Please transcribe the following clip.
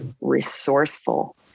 resourceful